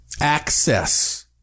access